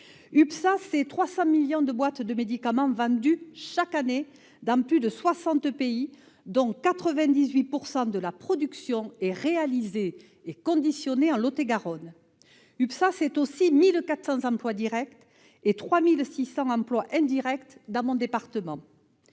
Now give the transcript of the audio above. UPSA, ce sont 300 millions de boîtes de médicaments vendues chaque année dans plus de 60 pays, dont 98 % de la production est réalisée et conditionnée dans le Lot-et-Garonne. UPSA, ce sont aussi 1 400 emplois directs et 3 600 emplois indirects dans mon département.